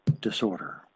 Disorder